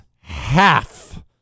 half